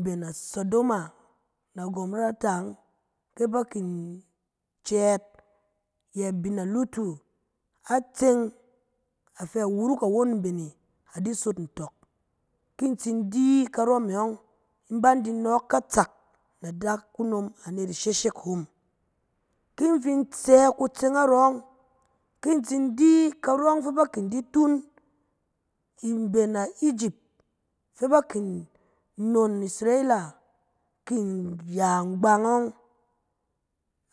Mben asadoma na gwɔrata yɔng fɛ ba kin cɛɛt yɛ abin alotu tseng, afɛ wuruk a won mben e, a di sot ntɔk. Ki in tsin di karɔ me yɔng, in ban di nɔɔk katsak na adakunom anet ishekshek hom. Ki in fin sɛ kutseng narɔ yɔng, ki in tsin di karɔ fɛ ba kin di tung mben a egypt. fɛ ba kin nnon isrila ya mgbang ɔng,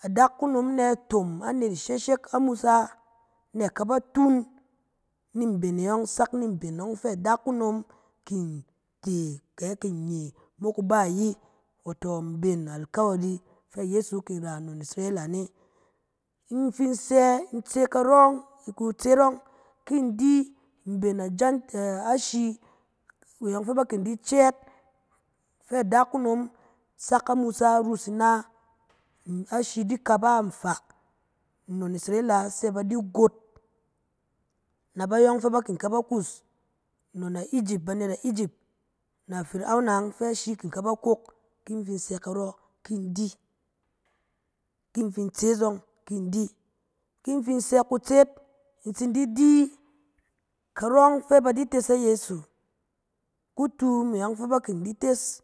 adakunom ne tom anet isheshek amusa na kaba tung ni mben e ƴɔng sak ni mben ɔng fɛ adakunom kin te kɛ a nye mok iba ayi, wɔtɔ mben alkawari fɛ ayeso ra nnon isrila ne. In fi in sɛ in tse karɔ yɔng, kutseet ɔng, ki in di mben ajan-ta ashi yɔng fɛ ba kin di cɛɛt fɛ adakunom kin di sak a musa a rus ina, ashi di kaba nfaa, nnon isrila sɛ ba di got. Na bayɔng fɛ ba kin ka ba kuus, nnon a egypt, banet a egypt, na afirona ƴɔng fɛ ashi kin ka ba kok, ki in sɛ karɔ, kin in di. Ki fin in sɛ kutseet, in tsi di di, karɔ yɔng fɛ ba di tes ayesu, kutu me yɔng fɛ ba di tes.